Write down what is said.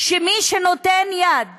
שמי שנותן יד